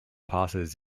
passes